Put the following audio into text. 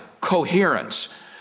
coherence